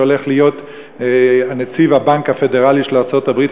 שהולך להיות נציב הבנק הפדרלי של ארצות-הברית,